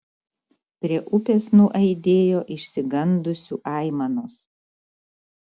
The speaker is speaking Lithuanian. prie upės nuaidėjo išsigandusių aimanos